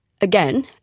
again